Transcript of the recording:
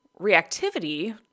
reactivity